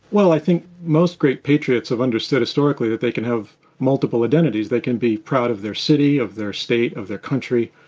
well, i think most great patriots have understood historically that they can have multiple identities. they can be proud of their city, of their state, of their country.